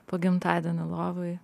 po gimtadienio lovoj